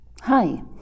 Hi